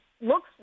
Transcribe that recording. looks